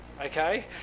okay